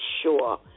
sure